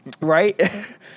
right